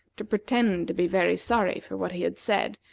to pretend to be very sorry for what he had said,